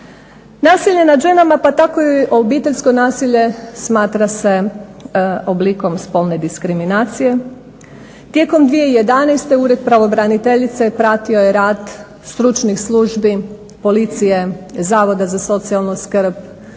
Nasilje nad ženama pa tako i obiteljsko nasilje smatra se oblikom spolne diskriminacije. Tijekom 2011. Ured pravobraniteljice pratio je rad stručnih službi, policije, Zavoda za socijalnu skrb,